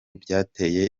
byateye